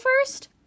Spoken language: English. first